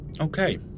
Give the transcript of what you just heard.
Okay